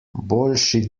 boljši